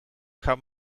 kann